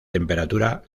temperatura